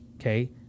okay